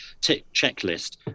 checklist